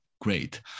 great